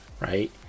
right